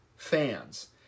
fans